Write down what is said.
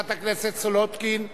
לחברת הכנסת סולודקין.